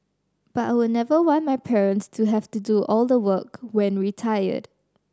but I would never want my parents to have to do all the work when retired